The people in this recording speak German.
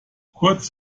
kurz